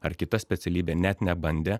ar kita specialybė net nebandę